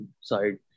side